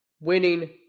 winning